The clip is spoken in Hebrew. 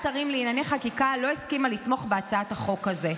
השרים לענייני חקיקה לא הסכימה לתמוך בהצעת החוק הזו.